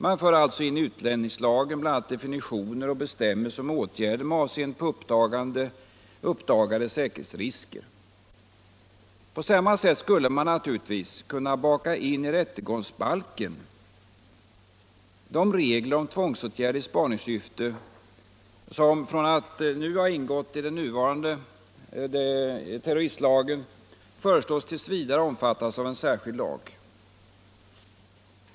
Man för alltså in i utlänningslagen definitioner och bestämmelser om åtgärder med avseende på uppdagade säkerhetsrisker. På samma sätt skulle man naturligtvis kunna baka in i rättegångsbalken de regler om tvångsåtgärder i spaningssyfte som — från att ha ingått i den nuvarande terroristlagen — nu föreslås tills vidare omfattas av en särskild lag.